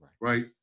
right